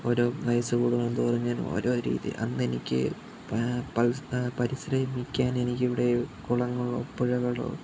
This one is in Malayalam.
ഓരോ വയസ്സ് കൂടുംതോറും ഞാൻ ഒരോ രീതി അന്നെനിക്ക് പരിശ്രമിക്കാൻ എനിക്കിവിടെ കുളങ്ങളോ പുഴകളോ